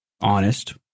honest